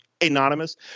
anonymous